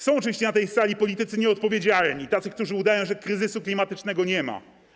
Są oczywiście na tej sali politycy nieodpowiedzialni, tacy, którzy udają, że kryzysu klimatycznego nie ma.